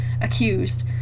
accused